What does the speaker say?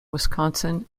wisconsin